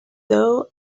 dough